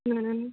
हाँ